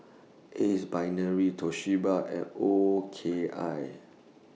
Ace Brainery Toshiba and O K I